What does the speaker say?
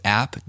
app